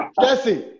jesse